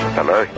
Hello